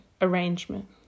arrangement